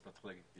אז אתה צריך להגיד.